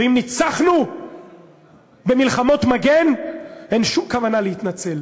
ואם ניצחנו במלחמות מגן, אין שום כוונה להתנצל,